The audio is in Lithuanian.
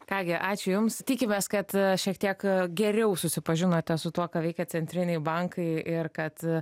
ką gi ačiū jums tikimės kad šiek tiek geriau susipažinote su tuo ką veikia centriniai bankai ir kad